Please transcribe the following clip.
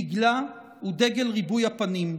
דגלה הוא דגל ריבוי הפנים,